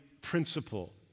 principle